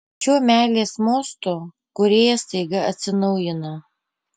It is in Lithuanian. šiuo meilės mostu kūrėjas staiga atsinaujina